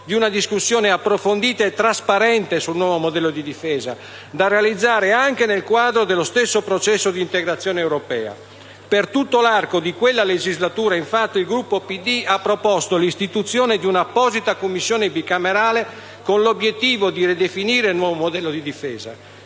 di una discussione approfondita e trasparente sul nuovo modello di difesa da realizzare anche nel quadro dello stesso processo di integrazione europea. Per tutto l'arco di quella legislatura, infatti, il Gruppo PD ha proposto l'istituzione di una apposita Commissione bicamerale con l'obiettivo di ridefinire il nuovo modello di difesa.